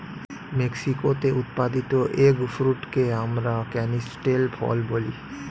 মেক্সিকোতে উৎপাদিত এগ ফ্রুটকে আমরা ক্যানিস্টেল ফল বলি